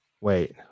wait